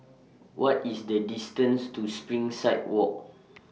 What IS The distance to Springside Walk